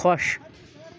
خۄش